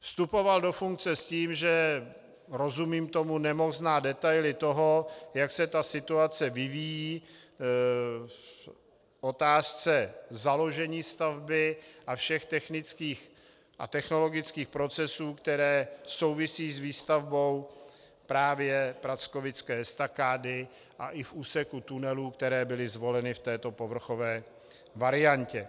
Vstupoval do funkce s tím, že rozumím tomu nemohl znát detaily toho, jak se situace vyvíjí v otázce založení stavby a všech technických a technologických procesů, které souvisí s výstavbou právě prackovické estakády a i v úseku tunelu, které byly zvoleny v této povrchové variantě.